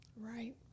Right